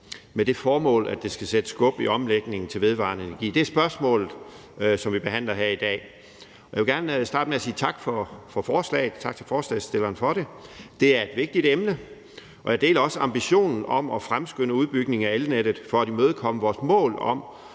med det formål at sætte skub i omlægningen til vedvarende energi? Det er spørgsmålet, som vi behandler her i dag. Jeg vil gerne starte med at sige tak for forslaget. Tak til forslagsstillerne for det. Det er et vigtigt emne, og jeg deler også ambitionen om at fremskynde udbygningen af elnettet for den vej igennem at imødekomme vores mål om